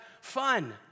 fun